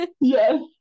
yes